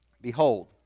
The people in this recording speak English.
behold